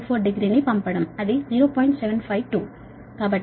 24 డిగ్రీలు అది 0